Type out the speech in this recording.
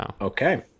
Okay